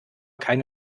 keine